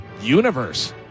universe